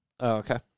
okay